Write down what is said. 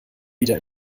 wieder